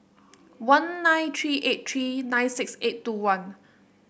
one nine three eight three nine six eight two one